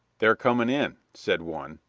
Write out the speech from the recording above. they're coming in, said one,